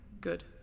Good